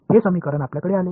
तर हे समीकरण आपल्याकडे आले